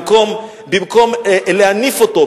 במקום להניף אותו,